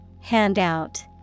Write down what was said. Handout